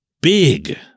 big